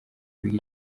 biga